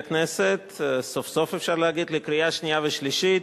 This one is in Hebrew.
הרווחה והבריאות להכנתה לקריאה שנייה ושלישית.